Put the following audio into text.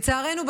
לצערנו,